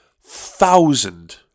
thousand